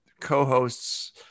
co-hosts